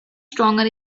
stronger